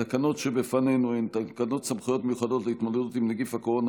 התקנות שבפנינו: תקנות סמכויות מיוחדות להתמודדות עם נגיף הקורונה